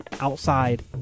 Outside